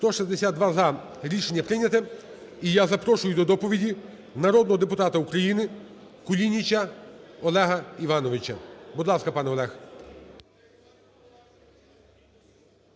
За-162 Рішення прийнято. І я запрошую до доповіді народного депутата України Кулініча Олега Івановича. Будь ласка, пане Олег.